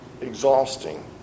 exhausting